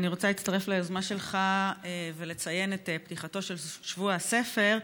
אני רוצה להצטרף ליוזמה שלך ולציין את פתיחתו של שבוע הספר,